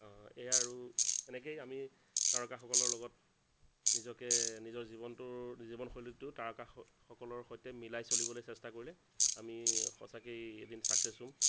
এইয়া আৰু এনেকেই আমি তাৰকাসকলৰ লগত নিজকে নিজৰ জীৱনটোৰ জীৱন শৈলীটো তাৰকাসকলৰ সৈতে মিলাই চলিবলৈ চেষ্টা কৰিলে আমি সঁচাকেই এদিন চাক্চেছ হ'ম